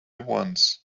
once